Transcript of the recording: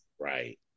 Right